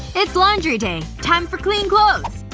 it's laundry day. time for clean clothes!